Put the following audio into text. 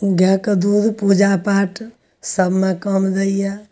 गायके दूध पूजा पाठ सबमे काम दैए